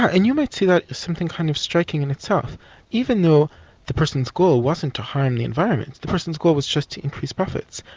and you might see that as something kind of striking in itself even though the person's goal wasn't to harm the environment, the person's goal was just to increase profits.